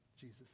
Jesus